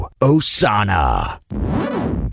Osana